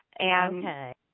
Okay